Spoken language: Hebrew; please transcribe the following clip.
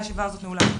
ישיבה זו נעולה.